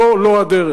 זו לא הדרך.